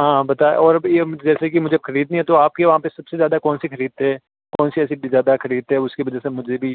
हाँ बताया और भी ये जैसे कि मुझे खरीदनी है तो आपके वहाँ पे सबसे ज़्यादा कौनसी खरीदते हैं कौनसी ऐसी भी ज़्यादा खरीदते हैं उसकी वजह से मुझे भी